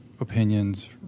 opinions